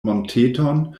monteton